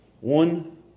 One